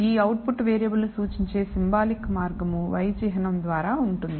ఈ output variable ను సూచించే సింబాలిక్ మార్గం y చిహ్నం ద్వారా ఉంటుంది